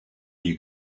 you